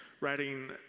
writing